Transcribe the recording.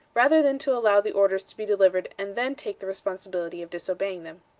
rather than to allow the orders to be delivered and then take the responsibility of disobeying them.